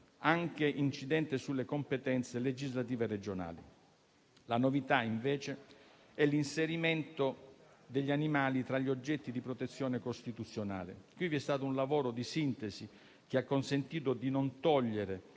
anche incidente sulle competenze legislative regionali. La novità è l'inserimento degli animali tra gli oggetti di protezione costituzionale. Qui vi è stato un lavoro di sintesi, che ha consentito di non togliere